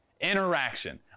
interaction